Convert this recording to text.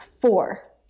four